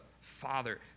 Father